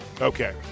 Okay